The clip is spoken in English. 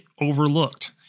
overlooked